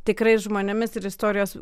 tikrais žmonėmis ir istorijos